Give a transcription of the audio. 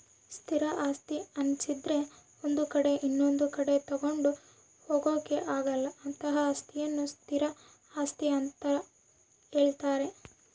ಸ್ಥಿರ ಆಸ್ತಿ ಅನ್ನಿಸದ್ರೆ ಒಂದು ಕಡೆ ಇನೊಂದು ಕಡೆ ತಗೊಂಡು ಹೋಗೋಕೆ ಆಗಲ್ಲ ಅಂತಹ ಅಸ್ತಿಯನ್ನು ಸ್ಥಿರ ಆಸ್ತಿ ಅಂತ ಹೇಳ್ತಾರೆ